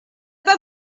pas